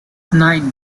nine